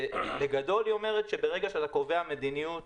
בגדול היא אומרת שברגע שאתה קובע מדיניות